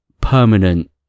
permanent